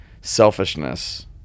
selfishness